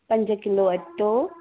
पंज किलो अटो